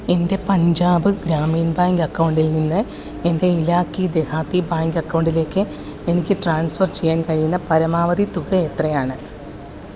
എൻ്റെ പഞ്ചാബ് ഗ്രാമീൺ ബാങ്ക് അക്കൗണ്ടിൽ നിന്ന് എൻ്റെ ഇലാക്കി ദെഹാതി ബാങ്ക് അക്കൗണ്ടിലേക്ക് എനിക്ക് ട്രാൻസ്ഫർ ചെയ്യാൻ കഴിയുന്ന പരമാവധി തുക എത്രയാണ്